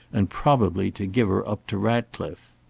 and probably to give her up to ratcliffe.